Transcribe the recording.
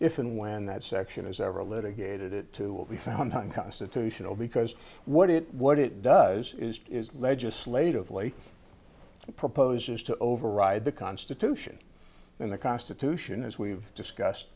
if and when that section is ever a litigator to what we found unconstitutional because what it what it does is legislatively proposes to override the constitution and the constitution as we've discussed